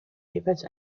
jeweils